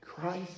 Christ